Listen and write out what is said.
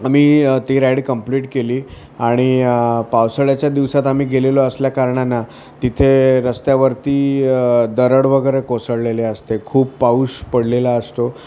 आम्ही ती ride complete केली आणि पावसाळ्याच्या दिवसात आम्ही गेलेलो असल्याकारणानं तिथे रस्त्यावरती दरड वगैरे कोसळलेले असते खूप पाऊस पडलेला असतो